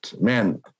man